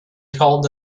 called